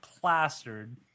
plastered